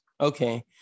Okay